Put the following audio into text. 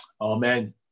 Amen